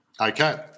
Okay